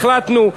החלטנו,